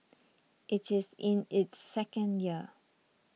it is in its second year